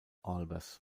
albers